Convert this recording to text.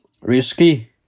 risky